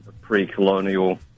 pre-colonial